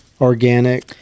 organic